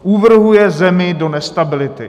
Uvrhuje zemi do nestability.